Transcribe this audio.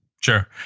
sure